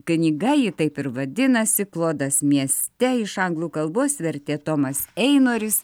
knyga ji taip ir vadinasi klodas mieste iš anglų kalbos vertė tomas einoris